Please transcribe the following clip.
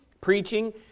preaching